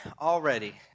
already